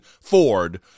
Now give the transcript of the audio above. ford